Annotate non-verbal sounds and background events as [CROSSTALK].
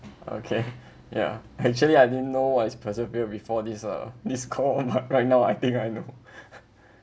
okay [LAUGHS] ya actually I didn't know what is persevere before this ah this call on me right now I think I know [LAUGHS]